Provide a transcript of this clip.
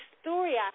story